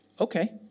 okay